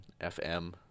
FM